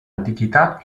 antichità